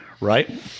right